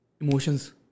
Emotions